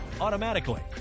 automatically